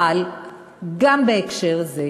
אבל גם בהקשר זה,